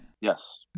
Yes